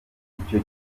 icyo